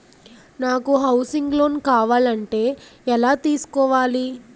నాకు housing loan కావాలంటే ఎలా తీసుకోవాలి?